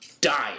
Dying